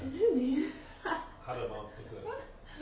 really